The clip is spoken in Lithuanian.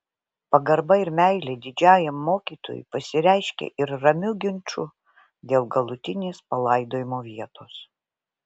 pagarba ir meilė didžiajam mokytojui pasireiškė ir ramiu ginču dėl galutinės palaidojimo vietos